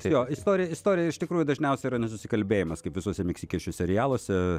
jo istorija istorija iš tikrųjų dažniausiai yra nesusikalbėjimas kaip visuose meksikiečių serialuose